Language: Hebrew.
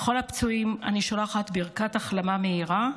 לכל הפצועים אני שולחת ברכת החלמה מהירה.